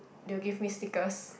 they will give me stickers